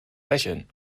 lächeln